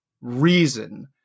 reason